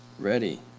ready